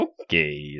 okay